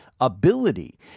ability